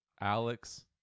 Alex